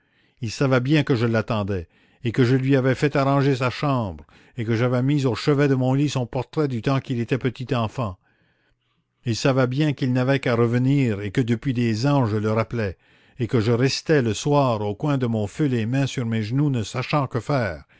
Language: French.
il savait bien que je l'attendais et que je lui avais fait arranger sa chambre et que j'avais mis au chevet de mon lit son portrait du temps qu'il était petit enfant il savait bien qu'il n'avait qu'à revenir et que depuis des ans je le rappelais et que je restais le soir au coin de mon feu les mains sur mes genoux ne sachant que faire